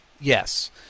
yes